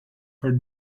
her